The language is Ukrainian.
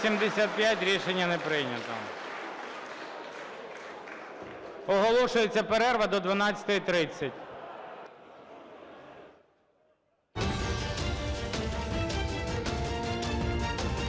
Рішення не прийнято. Оголошується перерва до 12:30.